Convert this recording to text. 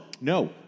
no